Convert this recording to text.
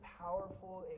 powerful